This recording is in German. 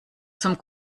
zum